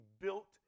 built